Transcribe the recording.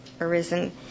arisen